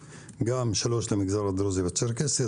3 מיליארד למגזר הדרוזי והצ'רקסי,